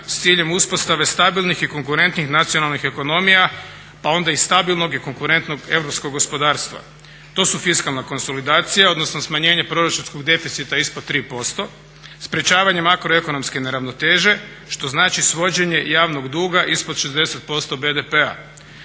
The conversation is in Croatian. s ciljem uspostave stabilnih i konkurentnih nacionalnih ekonomija pa onda i stabilnog i konkurentnog europskog gospodarstva. To su fiskalna konsolidacija odnosno smanjenje proračunskog deficita ispod 3%, sprečavanje makroekonomske neravnoteže, što znači svođenje javnog duga ispod 60% BDP-a.